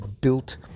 built